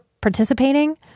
participating